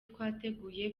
twateguye